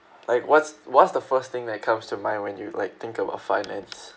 like what's what's the first thing that comes to mind when you like think about finance